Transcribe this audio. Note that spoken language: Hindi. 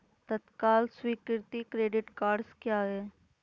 तत्काल स्वीकृति क्रेडिट कार्डस क्या हैं?